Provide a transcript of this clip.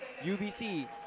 ubc